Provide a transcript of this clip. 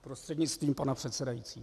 Prostřednictvím pana předsedajícího.